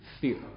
fear